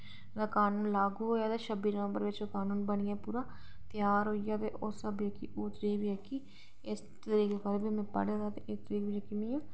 च कानून लागू होआ ते छब्बी जनवरी गी जेह्का त्यार होइयै ते इस तरीक में पढ़े दा ते इस तरीक गी